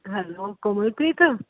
hello Kamalpreet